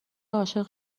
عاشق